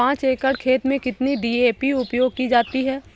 पाँच एकड़ खेत में कितनी डी.ए.पी उपयोग की जाती है?